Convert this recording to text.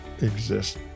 exist